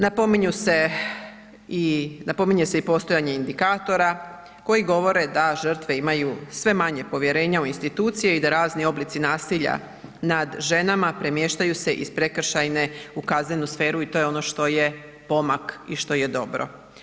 Napominje se i postojanje indikatora koji govore da žrtve imaju sve manje povjerenja u institucije i da razni oblici nasilja nad ženama premještaju se iz prekršajne u kaznenu sferu i to je ono što je pomak i što je dobro.